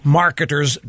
marketers